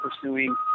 pursuing